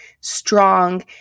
strong